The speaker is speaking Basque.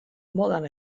modan